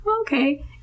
okay